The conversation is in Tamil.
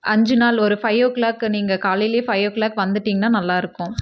அஞ்சு நாள் ஒரு ஃபை ஓ க்ளாக் நீங்கள் காலையிலேயே ஃபை ஓ க்ளாக் வந்துட்டீங்கன்னால் நல்லா இருக்கும்